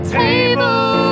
table